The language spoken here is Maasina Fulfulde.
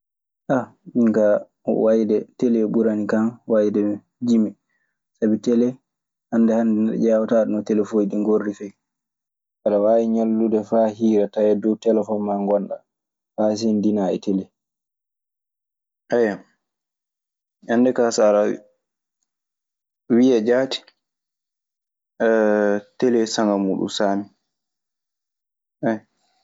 min kaa wayde telee ɓuranikan wayde jimi, sabi telee hannde hannde neɗɗo ƴeewataa ɗun no telefooji ɗii ngorri fey. Aɗe waawi ñallude faa hiira tawee e dow telfoŋ maa ngonɗaa, a hasinndinaa e tele. Telee saŋa muuɗun saami.